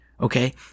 Okay